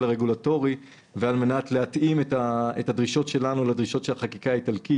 הרגולטורי ועל מנת להתאים את הדרישות שלנו לדרישות של החקיקה האיטלקית,